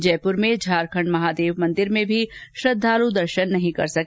जयपूर में झारखंड महादेव मंदिर में भी श्रद्वालू दर्शन नहीं कर सके